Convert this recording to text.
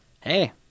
Hey